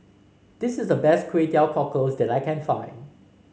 this is the best Kway Teow Cockles that I can find